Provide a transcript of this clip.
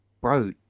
bro